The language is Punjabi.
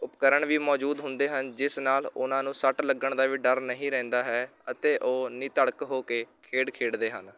ਉਪਕਰਣ ਵੀ ਮੌਜੂਦ ਹੁੰਦੇ ਹਨ ਜਿਸ ਨਾਲ਼ ਉਹਨਾਂ ਨੂੰ ਸੱਟ ਲੱਗਣ ਦਾ ਵੀ ਡਰ ਨਹੀਂ ਰਹਿੰਦਾ ਹੈ ਅਤੇ ਉਹ ਨਿਧੜਕ ਹੋ ਕੇ ਖੇਡ ਖੇਡਦੇ ਹਨ